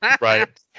Right